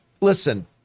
listen